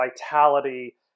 vitality